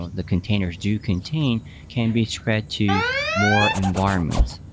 the containers do contain can be spread to more environments.